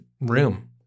room